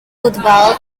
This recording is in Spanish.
football